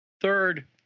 Third